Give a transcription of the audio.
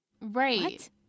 Right